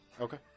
Okay